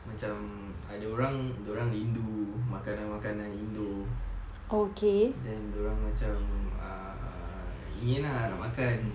macam ada orang dia orang rindu makanan-makanan indo then dia orang macam uh teringin ah nak makan